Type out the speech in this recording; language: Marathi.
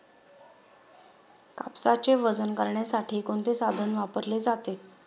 कापसाचे वजन करण्यासाठी कोणते साधन वापरले जाते?